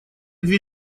две